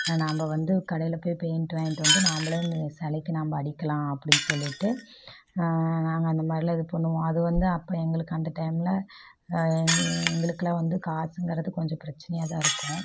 நம்ப வந்து கடையில் போய் பெய்ண்ட் வாங்கிகிட்டு வந்து நம்பளே அந்த சிலைக்கி நம்ம அடிக்கலாம் அப்டின்னு சொல்லிவிட்டு நாங்கள் அந்த மாதிரிலாம் இது பண்ணுவோம் அது வந்து அப்போ எங்களுக்கு அந்த டைமில் எங்களுக்கெல்லாம் வந்து காசுங்கறது கொஞ்சம் பிரச்சனையாக தான் இருக்கும்